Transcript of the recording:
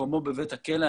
מקומו בבית הכלא.